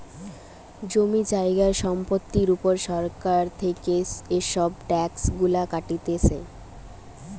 জমি জায়গা সম্পত্তির উপর সরকার থেকে এসব ট্যাক্স গুলা কাটতিছে